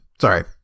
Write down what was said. Sorry